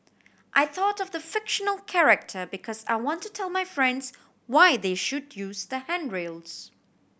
I thought of the fictional character because I want to tell my friends why they should use the handrails